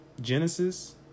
Genesis